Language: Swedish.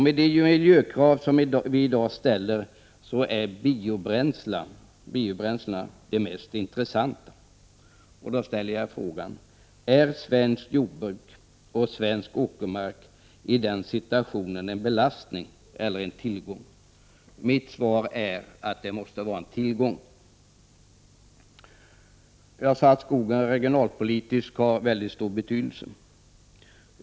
Med de miljökrav som vi i dag ställer är biobränslena de mest intressanta, och då ställer jag frågan: Är svenskt jordbruk och svensk åkermark i den situationen en belastning eller en tillgång? Mitt svar är att de måste vara en tillgång. Jag sade att skogen har väldigt stor regionalpolitisk betydelse.